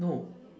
no